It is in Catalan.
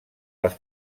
les